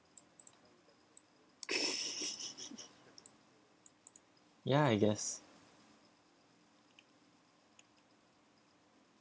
ya I guess